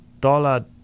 dollar